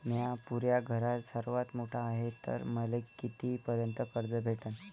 म्या पुऱ्या घरात सर्वांत मोठा हाय तर मले किती पर्यंत कर्ज भेटन?